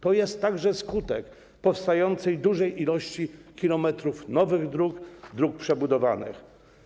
To jest także skutek powstającej dużej liczby kilometrów nowych dróg, dróg przebudowanych.